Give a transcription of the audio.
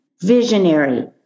visionary